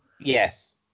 yes